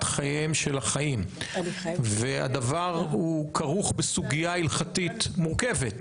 חייהם של החיים והדבר הוא כרוך בסוגיה הלכתית מורכבת,